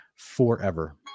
forever